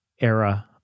era